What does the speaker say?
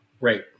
right